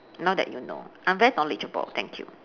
now that you know I'm very knowledgeable thank you